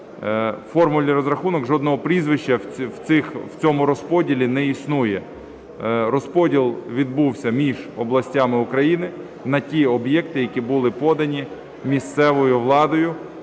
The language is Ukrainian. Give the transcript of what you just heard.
формульний розрахунок жодного прізвища в цьому розподілі не існує. Розподіл відбувся між областями України на ті об'єкти, які були подані місцевою владою